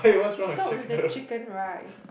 you stop with the chicken rice